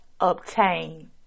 obtain